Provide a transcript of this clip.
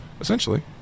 Essentially